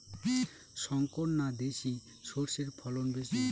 শংকর না দেশি সরষের ফলন বেশী?